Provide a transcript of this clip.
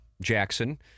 Jackson